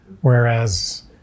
whereas